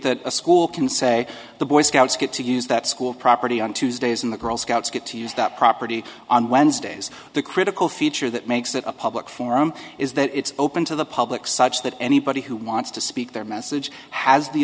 that a school can say the boy scouts get to use that school property on tuesdays and the girl scouts get to use that property on wednesdays the critical feature that makes that a public forum is that it's open to the public such that anybody who wants to speak their message has the